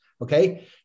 okay